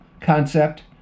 concept